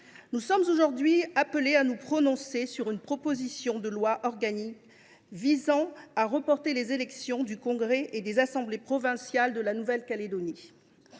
nous sommes aujourd’hui appelés à nous prononcer sur une proposition de loi organique visant à reporter les élections du congrès et des assemblées provinciales de la Nouvelle Calédonie,